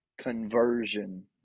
conversion